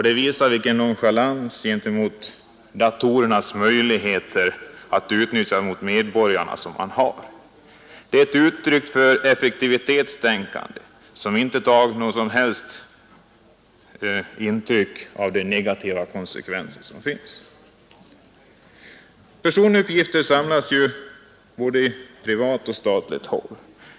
Det visar att man inte beaktat den fara som ligger i att datorerna kan utnyttjas mot medborgarna, och det måste väl betraktas som nonchalans. Det är ett uttryck för effektivitetstänkande som inte tar något som helst intryck av de negativa konsekvenserna. Personuppgifter insamlas som bekant på både privat och statligt håll.